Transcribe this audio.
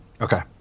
Okay